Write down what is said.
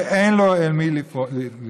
ואין להם אל מי לפנות.